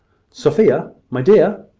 sophia, my dear!